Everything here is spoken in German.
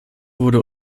wurde